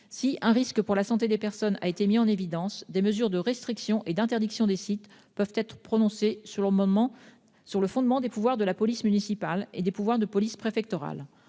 Si un risque pour la santé des personnes a été mis en évidence, des mesures de restriction et d'interdiction des sites peuvent être prononcées sur le fondement des pouvoirs de police municipale et de police préfectorale.